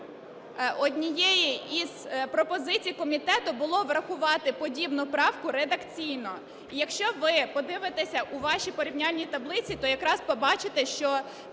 однією із пропозицій комітету було врахувати подібну правку редакційно. Якщо ви подивитеся у вашій порівняльній таблиці, то якраз побачите, що